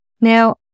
Now